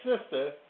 sister